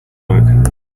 work